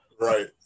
Right